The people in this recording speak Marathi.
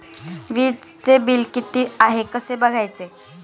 वीजचे बिल किती आहे कसे बघायचे?